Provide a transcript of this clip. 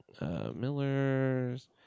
miller's